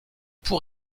pour